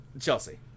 Chelsea